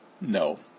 No